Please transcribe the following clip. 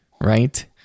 right